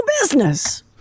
business